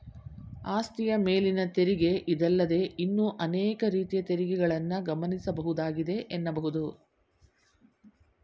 ಆಸ್ತಿಯ ಮೇಲಿನ ತೆರಿಗೆ ಇದಲ್ಲದೇ ಇನ್ನೂ ಅನೇಕ ರೀತಿಯ ತೆರಿಗೆಗಳನ್ನ ಗಮನಿಸಬಹುದಾಗಿದೆ ಎನ್ನಬಹುದು